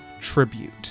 tribute